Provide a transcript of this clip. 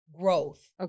Growth